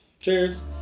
cheers